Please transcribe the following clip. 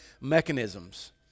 mechanisms